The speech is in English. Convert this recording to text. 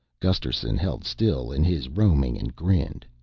gusterson held still in his roaming and grinned.